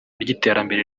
ry’iterambere